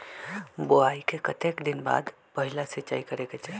बोआई के कतेक दिन बाद पहिला सिंचाई करे के चाही?